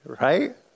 right